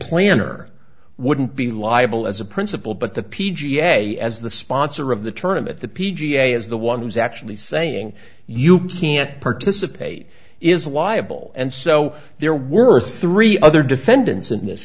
planner wouldn't be liable as a principal but the p g a as the sponsor of the tournament the p g a is the one who's actually saying you can't participate is liable and so there were three other defendants in this